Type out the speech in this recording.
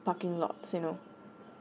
parking lot s you know